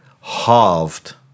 halved